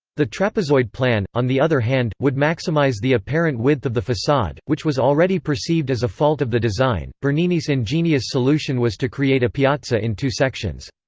the trapezoid plan, on the other hand, would maximize the apparent width of the facade, which was already perceived as a fault of the design bernini's ingenious solution was to create a piazza in two sections.